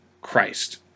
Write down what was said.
Christ